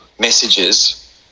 messages